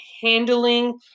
handling